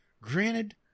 Granted